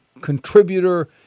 contributor